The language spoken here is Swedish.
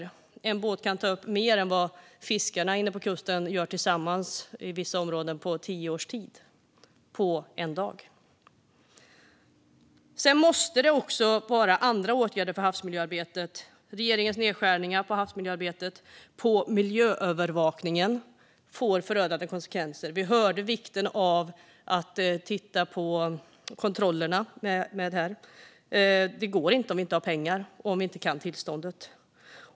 En båt kan på en dag ta upp mer än vad fiskarna inne på kusten i vissa områden gör på tio års tid. Det måste också till andra åtgärder för havsmiljöarbetet. Regeringens nedskärningar på havsmiljöarbetet och miljöövervakningen får förödande konsekvenser. Vi hörde om vikten av att titta på kontrollerna, men det går inte om vi inte har pengar och inte kan tillståndet.